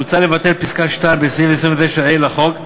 מוצע לבטל פסקה (2) בסעיף 29(ה) לחוק,